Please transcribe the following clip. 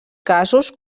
casos